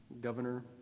governor